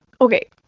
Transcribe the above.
Okay